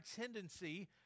tendency